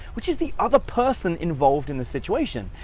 which is the other person involved in the situation.